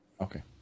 okay